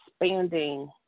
expanding